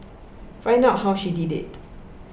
find out how she did it